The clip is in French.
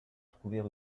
trouver